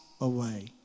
away